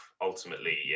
ultimately